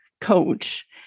coach